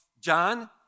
John